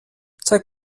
zeig